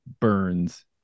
burns